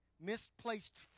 Misplaced